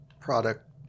product